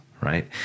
Right